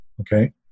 Okay